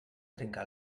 trenca